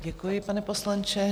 Děkuji, pane poslanče.